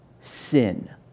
sin